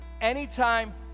Anytime